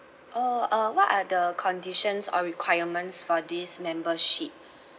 oh uh what are the conditions or requirements for this membership